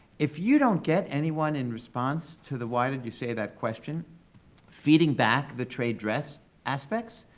if you don't get anyone in response to the why did you say that question feeding back the trade dress aspects,